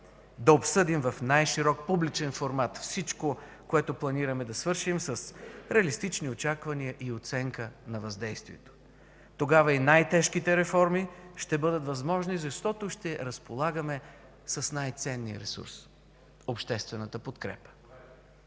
да обсъдим в най-широк публичен формат всичко, което планираме да свършим, с реалистични очаквания и оценка на въздействието. Тогава и най-тежките реформи ще бъдат възможни, защото ще разполагаме с най-ценния ресурс – обществената подкрепа.